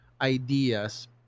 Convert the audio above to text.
ideas